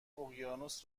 اقیانوس